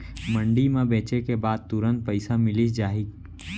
मंडी म बेचे के बाद तुरंत पइसा मिलिस जाही?